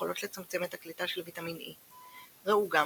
יכולות לצמצם את הקליטה של וויטמין E. ראו גם